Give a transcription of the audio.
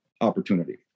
opportunity